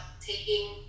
taking